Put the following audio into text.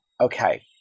Okay